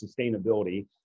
sustainability